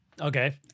Okay